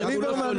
ליברמן